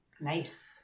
Nice